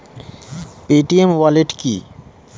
Paytm wallet কি?